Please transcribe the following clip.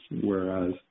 whereas